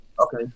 Okay